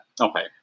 Okay